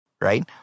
right